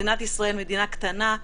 מדינת ישראל היא מדינה קטנה,